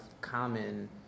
common